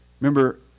Remember